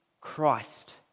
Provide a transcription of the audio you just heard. Christ